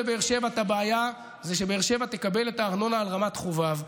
באר שבע צריכה לקבל את רמת חובב.